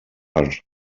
per